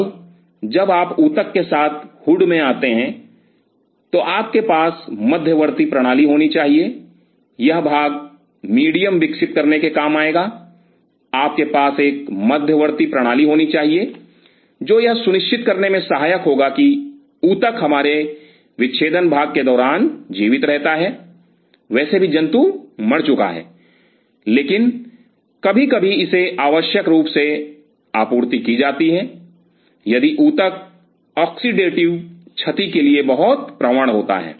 अब जब आप ऊतक के साथ हुड में आते हैं तो आपके पास मध्यवर्ती प्रणाली होनी चाहिए यह भाग मीडियम विकसित करने के काम में आएगा आपके पास एक मध्यवर्ती प्रणाली होनी चाहिए जो यह सुनिश्चित करने में सहायक होगा कि ऊतक हमारे विच्छेदन भाग के दौरान जीवित रहता है वैसे भी जंतु मर चुका है लेकिन कभी कभी इसे आवश्यक रूप से आपूर्ति की जाती है यदि ऊतक ऑक्सीडेटिव क्षति के लिए बहुत प्रवण होता है